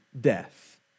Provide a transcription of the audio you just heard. death